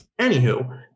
Anywho